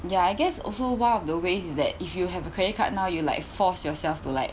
ya I guess also one of the ways is that if you have a credit card now you like force yourself to like